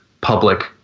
public